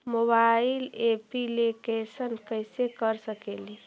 Mobile application कैसे कर सकेली?